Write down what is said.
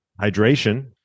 hydration